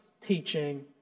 teaching